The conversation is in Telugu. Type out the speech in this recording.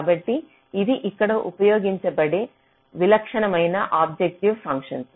కాబట్టి ఇవి ఇక్కడ ఉపయోగించబడే విలక్షణమైన ఆబ్జెక్టివ్ ఫంక్షన్లు